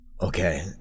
Okay